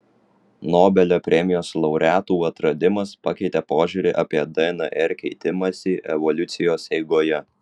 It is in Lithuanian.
nobelio premijos laureatų atradimas pakeitė požiūrį apie dnr keitimąsi evoliucijos eigoje